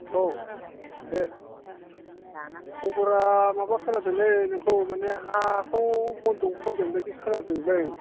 औ दे खबरा माबा खोनादोंलै नोंखौ माने हाखौ बन्दक होगोन बायदि खोनादोंलै